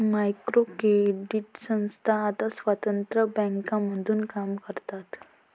micro credit संस्था आता स्वतंत्र बँका म्हणून काम करतात